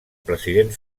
president